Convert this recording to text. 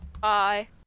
Bye